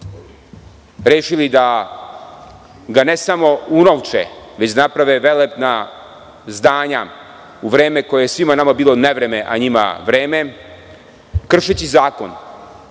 rešili da ga ne samo unovče, već naprave velelepna zdanja u vreme koje je svima nama bilo nevreme, a njima vreme, kršeći zakon